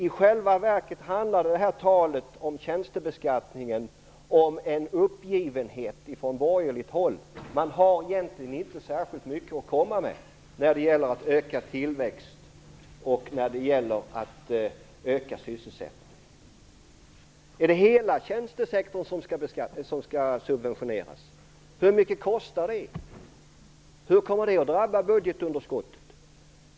I själva verket handlar talet om tjänstebeskattningen om en uppgivenhet från borgerligt håll. Man har egentligen inte särskilt mycket att komma med när det gäller att öka tillväxt och när det gäller att öka sysselsättningen. Är det hela tjänstesektorn som skall subventioneras? Hur mycket kostar det? Hur kommer det att drabba budgetunderskottet?